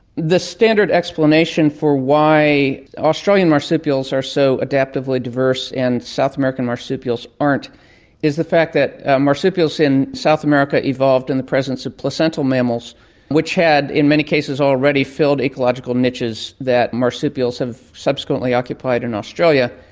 the standard explanation for why australian marsupials are so adaptively diverse and south american marsupials aren't is the fact that marsupials in south america evolved in the presence of placental mammals which had in many cases already filled ecological niches that marsupials have subsequently occupied in australia,